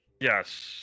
Yes